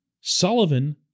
Sullivan